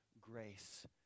grace